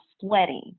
sweating